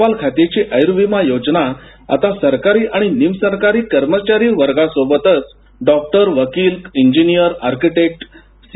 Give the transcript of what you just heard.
टपाल खात्याची आयुर्विमा योजना आता सरकारी आणि निमसरकारी कर्मचारी वर्गासोबतच डॉक्टर वकील इंजिनिअर आर्कीटेक्ट सी